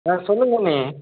ஆ சொல்லுங்கண்ணே